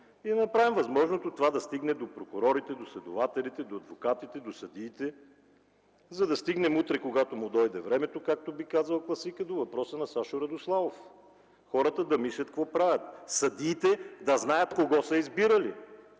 да направим възможното това да стигне до прокурорите, следователите, адвокатите, съдиите, за да стигнем утре, когато му дойде времето, както би казал класикът, до въпроса на Сашо Радославов – хората да мислят какво правят. Съдиите да знаят кого са избирали,